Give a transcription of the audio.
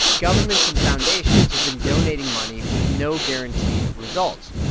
governments and foundations have been donating money with no guarantee of results,